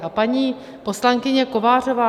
A paní poslankyně Kovářová.